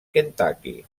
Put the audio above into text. kentucky